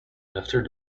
after